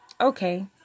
okay